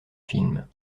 films